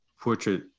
portrait